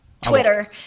Twitter